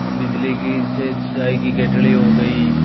बिजली की से चाय की केतली हो गई